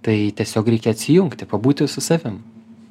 tai tiesiog reikia atsijungti pabūti su savim